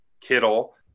Kittle